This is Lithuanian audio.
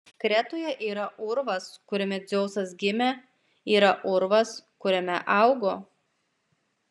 kretoje yra urvas kuriame dzeusas gimė yra urvas kuriame augo